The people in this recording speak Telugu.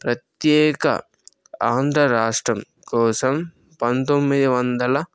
ప్రత్యేక ఆంధ్ర రాష్ట్రం కోసం పంతొమ్మిది వందల